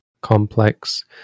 complex